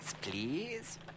please